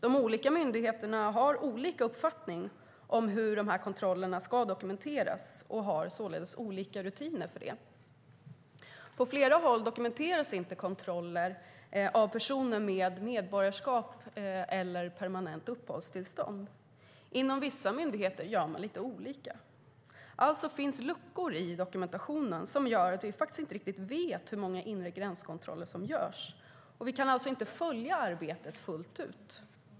De olika myndigheterna har olika uppfattning om hur dessa kontroller ska dokumenteras och har således olika rutiner för det. På flera håll dokumenteras inte kontroller av personer med medborgarskap eller permanent uppehållstillstånd. Inom vissa myndigheter gör man lite olika. Alltså finns luckor i dokumentationen som gör att vi faktiskt inte riktigt vet hur många inre gränskontroller som görs, och vi kan alltså inte följa arbetet fullt ut.